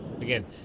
Again